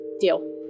Deal